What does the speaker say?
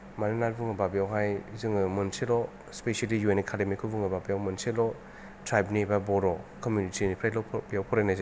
मानो होनना बुङोबा बेयावहाय जोङो मोनसेल' स्फेसेलि इउ एन एकादेमि खौ बुङोब्ला बेयावहाय मोनसेल' ट्राइबनि बा बर' कमिउनिति निफ्रायल' बेयाव फरायनाय जायो